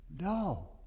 No